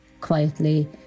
quietly